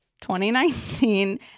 2019